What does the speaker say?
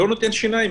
לא נותן שיניים.